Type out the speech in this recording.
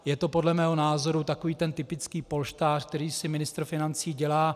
Je to podle mého názoru takový ten typický polštář, který si ministr financí dělá.